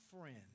friend